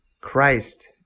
Christ